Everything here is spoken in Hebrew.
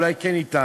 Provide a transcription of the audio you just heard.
אולי כן ניתן: